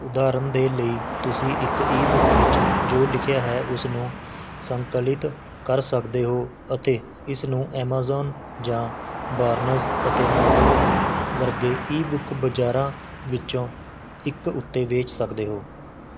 ਉਦਾਹਰਣ ਦੇ ਲਈ ਤੁਸੀਂ ਇੱਕ ਈ ਬੁੱਕ ਵਿੱਚ ਜੋ ਲਿਖਿਆ ਹੈ ਉਸ ਨੂੰ ਸੰਕਲਿਤ ਕਰ ਸਕਦੇ ਹੋ ਅਤੇ ਇਸ ਨੂੰ ਐਮਾਜ਼ੋਨ ਜਾਂ ਬਾਰਨਜ਼ ਅਤੇ ਨੋਬਲ ਵਰਗੇ ਈ ਬੁੱਕ ਬਾਜਾਰਾਂ ਵਿੱਚੋਂ ਇੱਕ ਉੱਤੇ ਵੇਚ ਸਕਦੇ ਹੋ